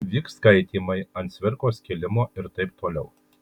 vyks skaitymai ant cvirkos kilimo ir taip toliau